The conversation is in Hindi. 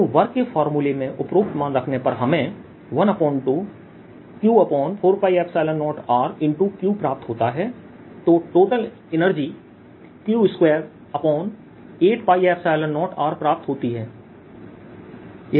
तो वर्क के फार्मूले में उपरोक्त मान रखने पर हमें 12Q4π0RQ प्राप्त होता है तो टोटल एनर्जी Q28π0Rप्राप्त होती है